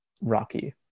Rocky